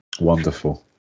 wonderful